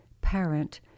parent